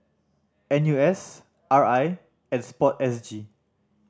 N U S R I and Sport S G